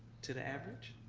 to the average?